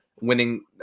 winning